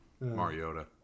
Mariota